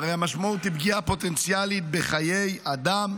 הרי המשמעות היא פגיעה פוטנציאלית בחיי אדם.